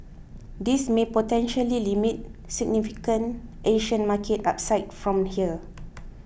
this may potentially limit significant Asian market upside from here